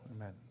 Amen